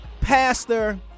Pastor